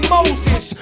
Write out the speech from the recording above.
Moses